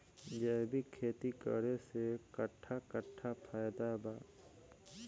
जैविक खेती करे से कट्ठा कट्ठा फायदा बा?